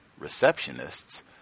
receptionists